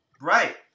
Right